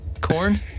Corn